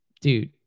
dude